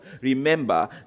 Remember